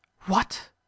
What